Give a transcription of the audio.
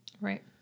Right